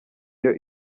iyo